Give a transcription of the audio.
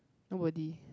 nobody